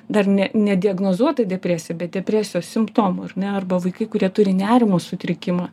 dar ne nediagnozuotą depresiją bet depresijos simptomų ar ne arba vaikai kurie turi nerimo sutrikimą